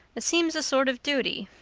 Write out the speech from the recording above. it seems a sort of duty.